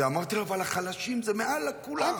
אז אמרתי לו, אבל החלשים הם מעל כולם.